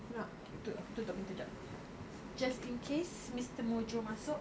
aku nak tutup aku tutup pintu jap just in case mister mojo masuk